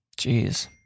Jeez